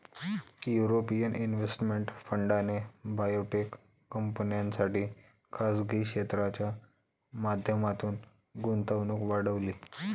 European investment फंडाने biotech कंपन्यांसाठी खासगी क्षेत्राच्या माध्यमातून गुंतवणूक वाढवली